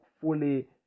fully